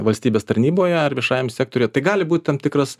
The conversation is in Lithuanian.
valstybės tarnyboje ar viešajam sektoriui tai gali būt tam tikras